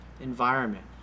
environment